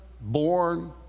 born